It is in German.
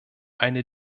eine